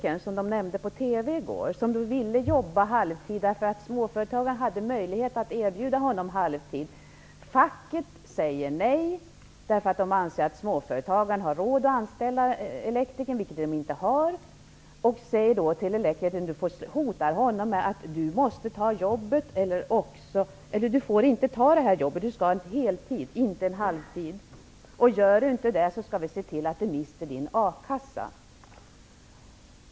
Det handlade om en elektriker som ville jobba halvtid, därför att småföretagaren hade möjlighet att erbjuda honom en halvtidstjänst. Facket sade nej därför att de ansåg att småföretagaren hade råd att anställa elektrikern, vilket han inte hade. Man sade till elektrikern: Du får inte ta det här jobbet. Du skall arbeta heltid och inte halvtid! Gör du inte det, skall vi se till att du mister din a-kasseersättning.